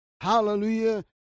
Hallelujah